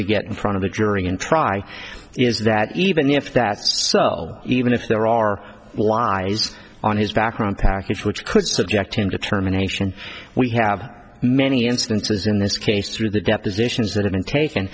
to get in front of the jury and try is that even if that's so even if there are law is on his background package which could subject in determination we have many instances in this case through the depositions that have been taken